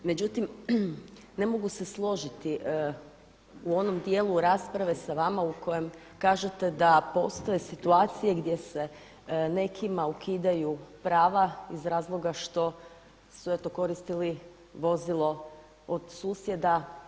Međutim, ne mogu se složiti u onom dijelu rasprave sa vama u kojem kažete da postoje situacije gdje se nekima ukidaju prava iz razloga što su eto koristili vozilo od susjeda.